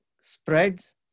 spreads